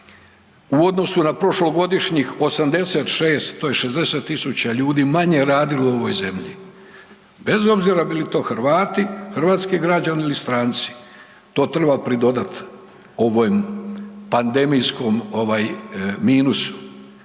u odnosu na prošlogodišnjih 86, to je 60.000 ljudi manje radilo u ovoj zemlji bez obzira bili to Hrvati, hrvatski građani ili stranci to treba pridodat ovom pandemijskom minusu.